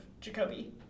Jacoby